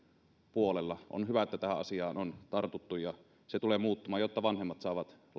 puolella on hyvä että tähän asiaan on tartuttu ja se tulee muuttumaan jotta vanhemmat saavat